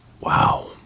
Wow